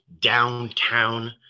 downtown